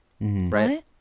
Right